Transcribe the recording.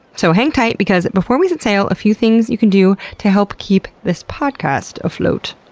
so hang tight, because before we set sail, a few things you can do to help keep this podcast afloat.